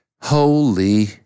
Holy